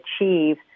achieve